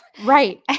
Right